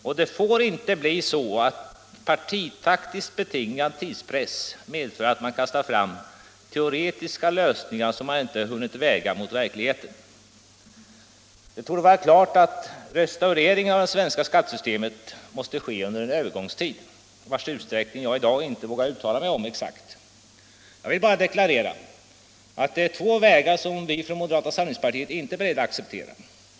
Det får inte bli så att partitaktiskt betingad tidspress medför att man kastar fram teoretiska lösningar som man inte hunnit väga mot verkligheten. Det torde vara klart att restaureringen av det svenska skattesystemet måste ske under en övergångstid, vars utsträckning jag i dag inte vågar exakt uttala mig om. Jag vill bara deklarera att det är två vägar som vi från moderata samlingspartiet inte är beredda att acceptera.